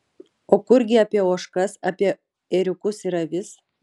o kurgi apie ožkas apie ėriukus ir avis